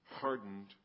hardened